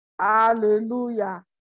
Hallelujah